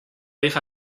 dije